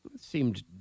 seemed